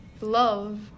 Love